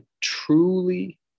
truly